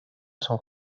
sont